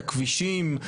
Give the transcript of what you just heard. הכבישים,